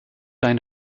eine